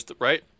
Right